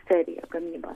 serija gamyba